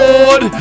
Lord